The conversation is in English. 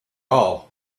all